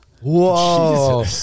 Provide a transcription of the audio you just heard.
Whoa